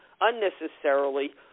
unnecessarily